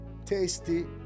Tasty